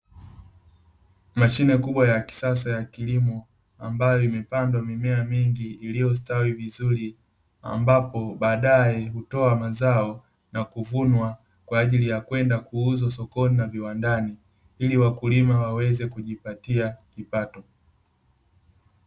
Mashine kubwa ya kisasa ya kilimo, ambayo imepandwa mimea mingi iliyostawi vizuri, ambapo baadae hutoa mazao na kuvunwa kwa ajili ya kwenda kuuzwa sokoni na viwandani, ili wakulima waweze kujipatai kipato.